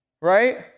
Right